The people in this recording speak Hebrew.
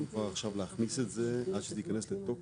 את לא יכולה להכניס את זה כבר עכשיו עד שזה ייכנס לתוקף.